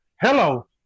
Hello